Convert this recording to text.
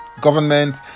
government